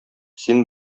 син